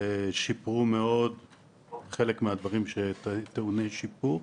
ושיפרו מאוד חלק מהדברים שטעוני שיפור,